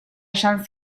esan